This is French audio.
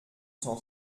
cent